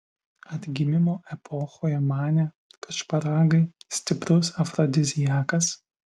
atgimimo epochoje manė kad šparagai stiprus afrodiziakas